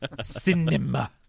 Cinema